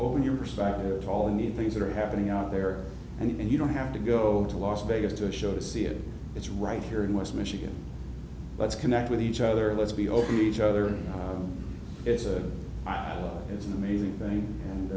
open your perspective to all the new things that are happening out there and you don't have to go to las vegas to a show to see if it's right here in west michigan let's connect with each other let's be open to each other it's a it's an amazing thing